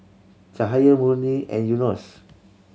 Cahaya Murni and Yunos